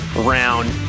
round